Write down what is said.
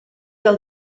del